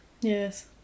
yes